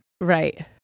Right